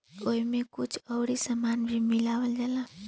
ओइमे कुछ अउरी सामान भी मिलावल जाला